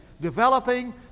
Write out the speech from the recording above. developing